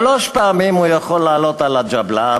שלוש פעמים הוא יכול לעלות על הג'בלאה